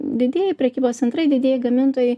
didieji prekybos centrai didieji gamintojai